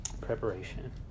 Preparation